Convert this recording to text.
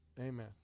Amen